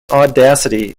audacity